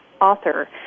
author